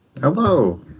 Hello